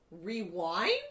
rewind